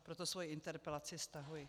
Proto svoji interpelaci stahuji.